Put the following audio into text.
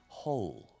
whole